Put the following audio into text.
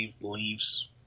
leaves